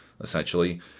essentially